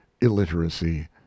illiteracy